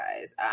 guys